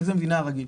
בתקציב המדינה הרגיל.